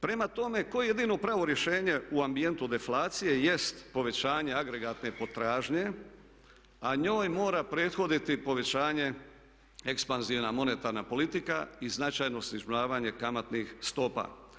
Prema tome, koje je jedino pravo rješenje u ambijentu deflacije jest povećanje agregatne potražnje, a njoj mora prethoditi povećanje ekspanzivna monetarna politika i značajno snižavanje kamatnih stopa.